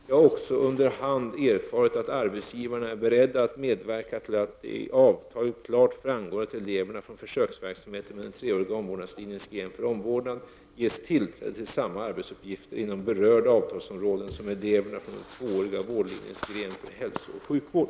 Jag har också under hand erfarit att arbetsgivarna är beredda att medverka till att det i avtalet klart framgår att eleverna från försöksverksamheten med den treåriga omvårdnadslinjens gren för omvårdnad ges tillträde till samma arbetsuppgifter inom berörda avtalsområden som eleverna från den tvååriga vårdlinjens gren för hälsooch sjukvård.